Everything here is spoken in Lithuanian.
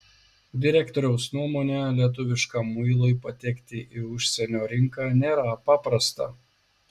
direktoriaus nuomone lietuviškam muilui patekti į užsienio rinką nėra paprasta